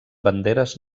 banderes